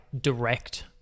direct